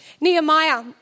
Nehemiah